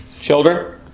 children